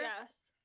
Yes